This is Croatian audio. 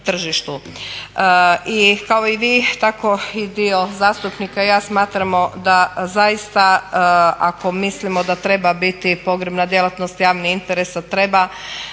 I kao i vi tako i dio zastupnika i ja smatramo da zaista ako mislimo da treba biti pogrebna djelatnost javni interes a treba